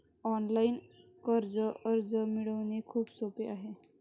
online कर्ज अर्ज मिळवणे खूप सोपे आहे